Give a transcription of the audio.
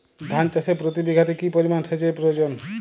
ধান চাষে প্রতি বিঘাতে কি পরিমান সেচের প্রয়োজন?